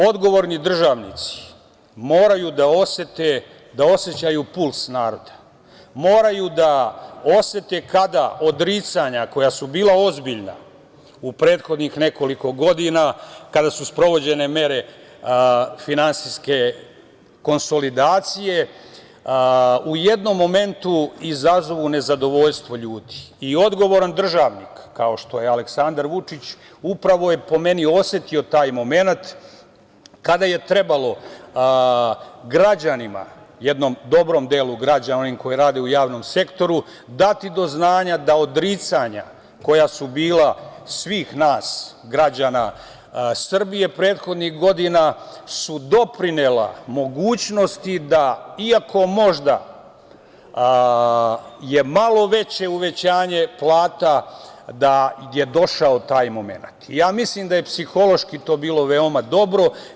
Odgovorni državnici moraju da osete, da osećaju puls naroda, moraju da osete kada odricanja koja su bila ozbiljna u prethodnih nekoliko godina kada su sprovođene mere finansijske konsolidacije, u jednom momentu izazovu nezadovoljstvo ljudi i odgovoran državnik, kao što je Aleksandar Vučić, upravo je po meni osetio taj momenat kada je trebalo građanima jednom dobrom delu građana, onim koji rade u javnom sektoru, dati do znanja da odricanja koja su bila svih nas građana Srbije prethodnih godina su doprinela mogućnosti da iako možda je malo veće uvećanje plata da je došao taj momenat i ja mislim da je psihološki to bilo veoma dobro.